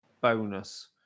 bonus